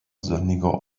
sonniger